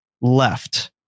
left